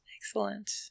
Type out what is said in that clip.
excellent